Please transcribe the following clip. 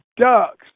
ducks